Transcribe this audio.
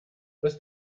das